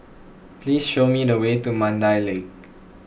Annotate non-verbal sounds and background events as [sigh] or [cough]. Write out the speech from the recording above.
please show me the way to Mandai [noise] Lake